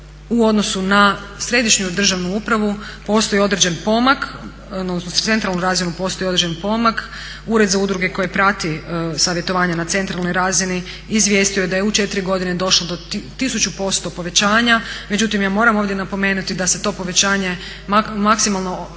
Govornica se ne razumije./… postoji određen pomak. Ured za udruge koji prati savjetovanja na centralnoj razini izvijestio je da je u 4 godine došlo do 1000% povećanja, međutim ja moram ovdje napomenuti da se to povećanje maksimalno,